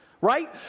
Right